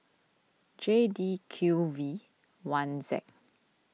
J D Q V one Z